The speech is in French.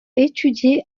étudié